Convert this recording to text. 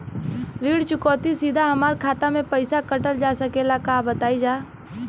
ऋण चुकौती सीधा हमार खाता से पैसा कटल जा सकेला का बताई जा?